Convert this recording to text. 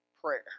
Prayer